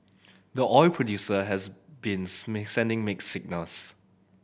the oil producer has been sending mixed signals